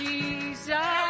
Jesus